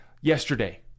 yesterday